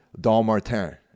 Dalmartin